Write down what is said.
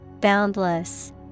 Boundless